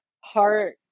heart